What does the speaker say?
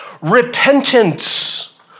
repentance